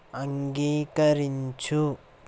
అంగీకరించు